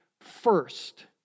first